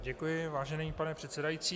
Děkuji, vážený pane předsedající.